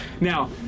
Now